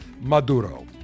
Maduro